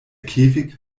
käfig